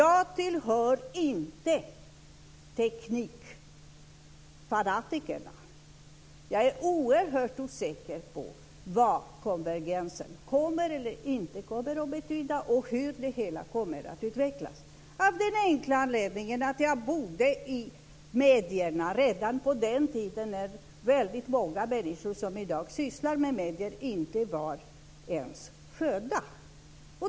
Jag tillhör inte teknikfanatikerna. Jag är oerhört osäker på vad konvergensen kommer eller inte kommer att betyda och hur det hela kommer att utvecklas, av den enkla anledningen att jag var med redan på den tiden när många av de människor som i dag sysslar med medier inte ens var födda.